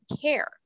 care